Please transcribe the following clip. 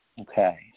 Okay